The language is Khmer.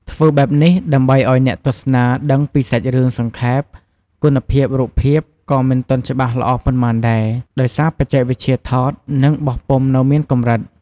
ធ្វើបែបនេះដើម្បីឱ្យអ្នកទស្សនាដឹងពីសាច់រឿងសង្ខេប គុណភាពរូបភាពក៏មិនទាន់ច្បាស់ល្អប៉ុន្មានដែរ ដោយសារបច្ចេកវិទ្យាថត និងបោះពុម្ពនៅមានកម្រិត ។